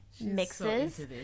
mixes